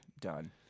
done